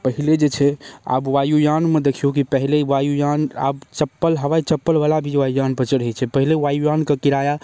पहिले जे छै आब वायुयानमे देखिऔ कि पहिले वायुयान आब चप्पल हवाइ चप्पल बला भी वायुयान पर चढ़ैत छै पहिले वायुयानके किराआ